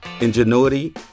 ingenuity